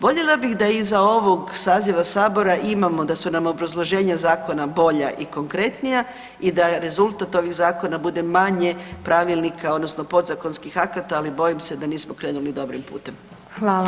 Voljela bih da iza ovog saziva sabora imamo da su nam obrazloženja zakona bolja i konkretnija i da rezultat ovih zakona bude manje pravilnika odnosno podzakonskih akata ali bojim se da nismo krenuli dobrim putem.